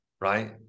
right